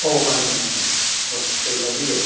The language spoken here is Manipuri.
ꯑꯣ ꯃꯥꯅꯦ ꯃꯥꯅꯦ ꯃꯥꯅꯦ ꯍꯣꯏ ꯀꯔꯤ ꯇꯥꯛꯄꯤꯒꯦꯕ